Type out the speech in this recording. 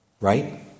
Right